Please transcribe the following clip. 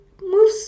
move